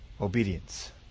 obedience